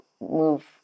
move